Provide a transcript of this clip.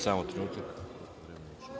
Samo trenutak.